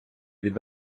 від